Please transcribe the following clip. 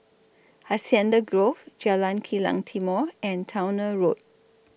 Hacienda Grove Jalan Kilang Timor and Towner Road